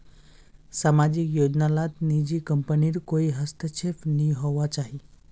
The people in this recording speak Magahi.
सामाजिक योजना लात निजी कम्पनीर कोए हस्तक्षेप नि होवा चाहि